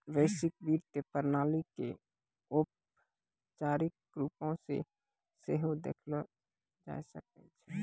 वैश्विक वित्तीय प्रणाली के औपचारिक रुपो से सेहो देखलो जाय सकै छै